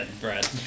Brad